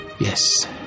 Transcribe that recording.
Yes